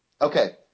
Okay